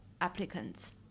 applicants